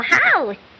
house